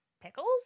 pickles